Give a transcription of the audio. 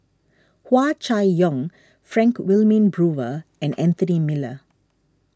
Hua Chai Yong Frank Wilmin Brewer and Anthony Miller